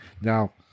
Now